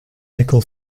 nickel